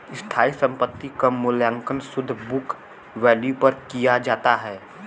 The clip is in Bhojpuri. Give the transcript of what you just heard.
स्थायी संपत्ति क मूल्यांकन शुद्ध बुक वैल्यू पर किया जाता है